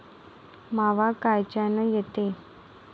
मावा कायच्यानं येते?